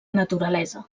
naturalesa